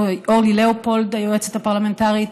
אורלי לאופולד, היועצת הפרלמנטרית,